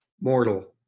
mortal